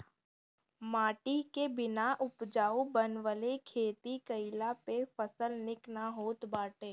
माटी के बिना उपजाऊ बनवले खेती कईला पे फसल निक ना होत बाटे